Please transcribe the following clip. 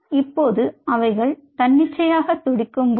இப்போது அவர்கள் தன்னிச்சையாக துடிக்கும் போது